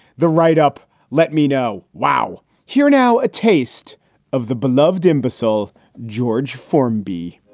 the write up let me know. wow. here now, a taste of the beloved imbecile george formby